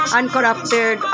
uncorrupted